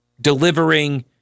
delivering